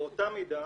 באותה מידה,